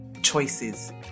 choices